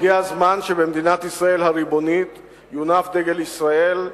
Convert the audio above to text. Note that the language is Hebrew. הגיע הזמן שבמדינת ישראל הריבונית יונף דגל ישראל,